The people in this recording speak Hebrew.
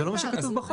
זה לא מה שכתוב בחוק.